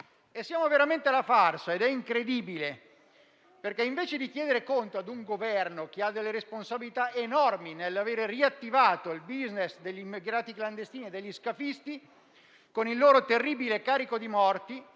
Siamo veramente alla farsa ed è incredibile perché, invece di chiedere conto a un Governo che ha delle responsabilità enormi nell'aver riattivato il *business* degli immigrati clandestini e degli scafisti, con il loro terribile carico di morti,